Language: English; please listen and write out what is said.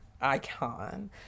Icon